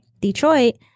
detroit